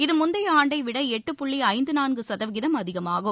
இது முந்தைய ஆண்டை விட எட்டு புள்ளி ஐந்து நான்கு சதவீதம் அதிகமாகும்